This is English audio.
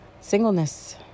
singleness